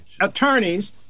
attorneys